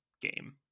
game